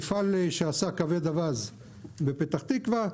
מפעל שעשה כבד אווז בפתח תקוה,